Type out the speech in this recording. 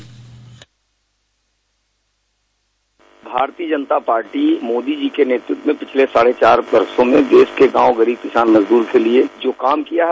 bite Bharatiya Janata Party Modi ji के नेतृत्व में पिछले साढ़े चार वर्षो से देश के गांव गरीब किसान मजदूर के लिये जो काम किया है